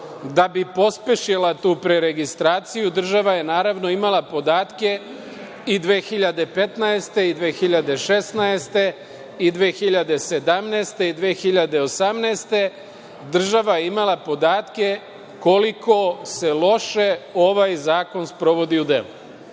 da bi pospešila tu preregistraciju. Država je, naravno, imala podatke i 2015. i 2016. i 2017. i 2018. godine. Država je imala podatke koliko se loše ovaj zakon sprovodi u